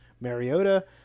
Mariota